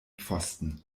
pfosten